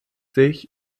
sich